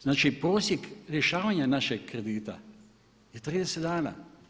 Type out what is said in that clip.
Znači prosjek rješavanja našeg kredita je 30 dana.